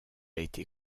été